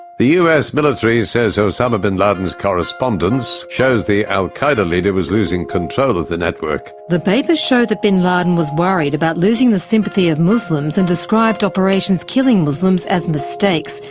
the us ministry says osama bin laden's correspondence shows the al qaeda leader was losing control of the network. the papers show that bin laden was worried about losing the sympathy of muslims, and described operations killing muslims as mistakes.